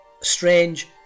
strange